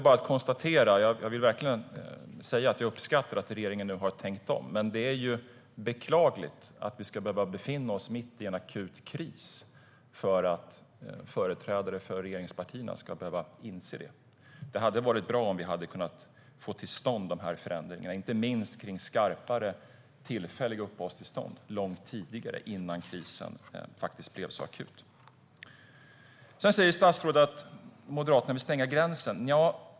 Jag uppskattar verkligen att regeringen har tänkt om. Men det är beklagligt att vi ska behöva befinna oss mitt i en akut kris för att företrädare för regeringspartierna ska inse det. Det hade varit bra om vi hade kunnat få till stånd förändringarna, inte minst skarpare tillfälliga uppehållstillstånd, långt tidigare, innan krisen blev akut. Statsrådet säger att Moderaterna vill stänga gränsen.